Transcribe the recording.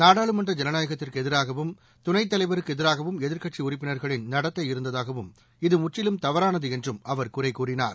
நாடாளுமன்ற ஐனநாயகத்திற்கு எதிராகவும் துணை தலைவருக்கு எதிராகவும் எதிர்கட்சி உறுப்பினர்களின் நடத்தை இருந்ததாகவும் இது முற்றிலும் தவறானது என்றும் அவர் குறை கூறினார்